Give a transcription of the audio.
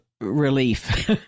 relief